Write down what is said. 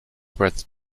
worth